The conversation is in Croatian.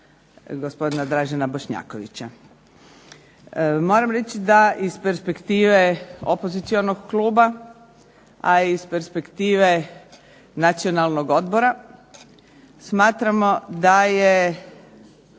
gospodina Dražena Bošnjakovića. Moram reći da iz perspektive opozicionog kluba, a i iz perspektive Nacionalnog odbora, smatramo da je